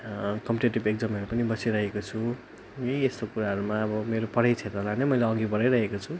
competitive इक्जामहरू पनि बसिरहेको छु यी यस्तो कुराहरूमा मैले मेरो पढाइ क्षेत्रलाई नै मैले अघि बढाइराखेको छु